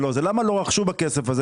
למה לא רכשו בכסף הזה,